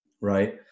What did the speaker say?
Right